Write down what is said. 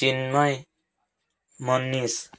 Chinmayee Manish